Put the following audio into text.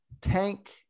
tank